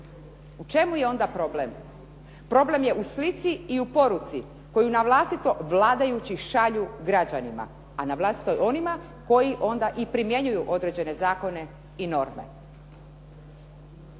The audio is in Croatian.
U čemu je onda problem? Problem je u slici i u poruci koji na vlastito vladajućih šalju građanima, a na vlastito je onima koji onda i primjenjuju određene zakone i norme.